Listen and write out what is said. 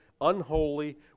unholy